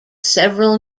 several